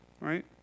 right